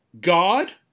God